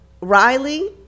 riley